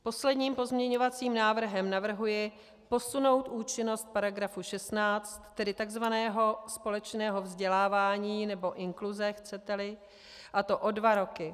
Posledním pozměňovacím návrhem navrhuji posunout účinnost § 16, tedy tzv. společného vzdělávání nebo inkluze, chceteli, a to o dva roky.